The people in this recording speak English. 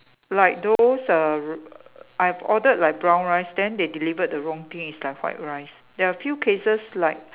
like those err I have ordered like brown rice then they delivered the wrong thing is like white rice there are few cases like